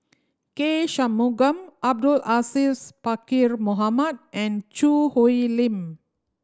K Shanmugam Abdul Aziz Pakkeer Mohamed and Choo Hwee Lim